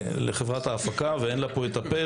לחברת ההפקה ואין לה כאן התייחסות.